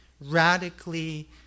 radically